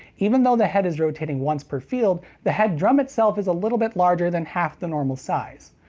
even though the head is rotating once per field, the head drum itself is a little bit larger than half the normal size.